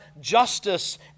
justice